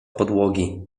podłogi